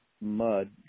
mud